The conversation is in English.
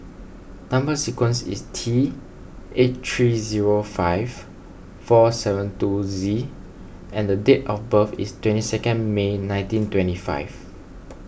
Number Sequence is T eight three zero five four seven two Z and date of birth is twenty second May nineteen twenty five